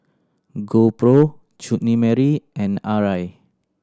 GoPro Chutney Mary and Arai